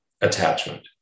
attachment